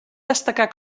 destacar